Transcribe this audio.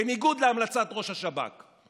בניגוד להמלצת ראש השב"כ.